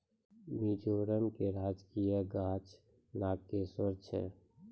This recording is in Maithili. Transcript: मिजोरम के राजकीय गाछ नागकेशर छै